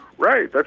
Right